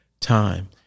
time